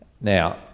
Now